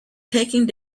taking